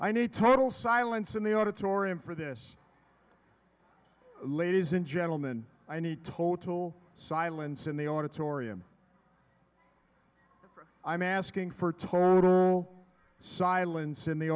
i need total silence in the auditorium for this ladies and gentleman i need total silence in the auditorium i'm asking for toroidal silence in the